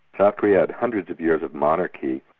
and korea had hundreds of years of monarchy,